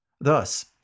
Thus